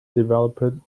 developed